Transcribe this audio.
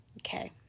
okay